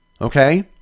Okay